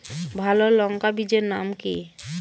ভালো লঙ্কা বীজের নাম কি?